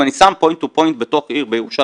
אם אני שם point to point בתוך עיר בירושלים,